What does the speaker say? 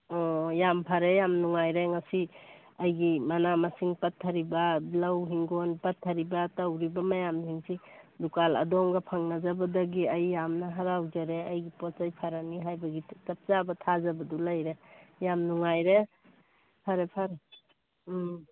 ꯑꯣ ꯌꯥꯝ ꯐꯔꯦ ꯌꯥꯝ ꯅꯨꯡꯉꯥꯏꯔꯦ ꯉꯁꯤ ꯑꯩꯒꯤ ꯃꯅꯥ ꯃꯁꯤꯡ ꯄꯠꯊꯔꯤꯕ ꯂꯧ ꯍꯤꯡꯒꯣꯜ ꯄꯠꯊꯔꯤꯕ ꯇꯧꯔꯤꯕ ꯃꯌꯥꯝꯁꯤꯡꯁꯤ ꯗꯨꯀꯥꯟ ꯑꯗꯣꯝꯒ ꯐꯪꯅꯖꯕꯗꯒꯤ ꯑꯩ ꯌꯥꯝꯅ ꯍꯔꯥꯎꯖꯔꯦ ꯑꯩꯒꯤ ꯄꯣꯠ ꯆꯩ ꯐꯔꯅꯤ ꯍꯥꯏꯕꯒꯤ ꯆꯞ ꯆꯥꯅ ꯊꯥꯖꯕꯗꯨ ꯂꯩꯔꯦ ꯌꯥꯝ ꯅꯨꯡꯉꯥꯏꯔꯦ ꯐꯔꯦ ꯐꯔꯦ ꯎꯝ